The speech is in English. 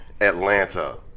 Atlanta